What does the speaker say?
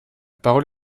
parole